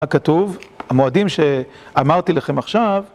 הכתוב, המועדים שאמרתי לכם עכשיו.